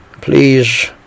please